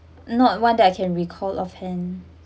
not one that I can recall off hand